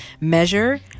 measure